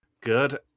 Good